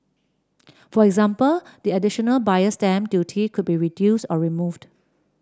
for example the additional Buyer's Stamp Duty could be reduced or removed